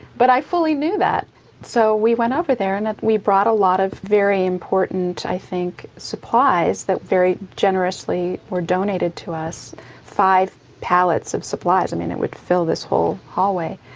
but i fully knew that so we went over there and we brought a lot of very important i think supplies that very generously were donated to us five pallets of supplies, i mean it would fill this whole hallway.